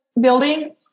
building